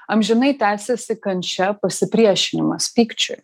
amžinai tęsiasi kančia pasipriešinimas pykčiui